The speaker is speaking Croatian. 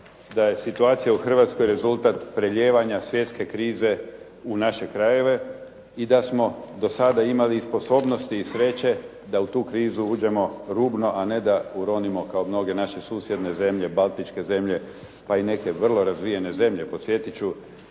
da je situacija u Hrvatskoj rezultat prelijevanja svjetske krize u naše krajeve i da smo do sada imali i sposobnosti i sreće da u tu krizu uđemo rubno a ne da uronimo kao mnoge naše susjedne zemlje, baltičke zemlje pa i neke vrlo razvijene zemlje. Podsjetit